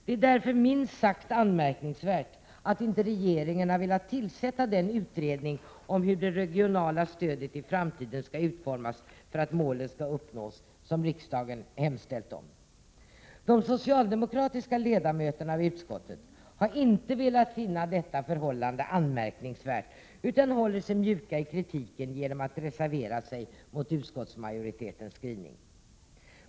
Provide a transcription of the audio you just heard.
Det är därför minst sagt anmärkningsvärt att regeringen inte har velat tillsätta den utredning om hur det regionala stödet i framtiden skall utformas för att målen skall uppnås som riksdagen hemställt om. De socialdemokratiska ledamöterna av utskottet har inte funnit detta förhållande ”anmärkningsvärt”, utan förhåller sig mjuka i kritiken genom att reservera sig mot utskottsmajoritetens skrivning.